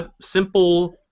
simple